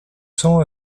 cents